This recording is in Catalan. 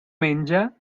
menja